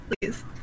Please